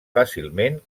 fàcilment